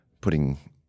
putting